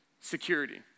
Security